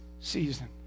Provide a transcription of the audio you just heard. season